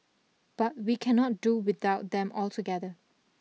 but we cannot do without them altogether